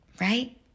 Right